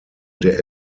der